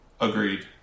Agreed